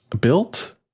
built